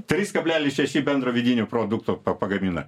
trys kablelis šeši bendro vidinio produkto pa pagamina